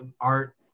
art